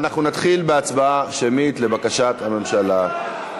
נתחיל בהצבעה שמית, לבקשת הממשלה.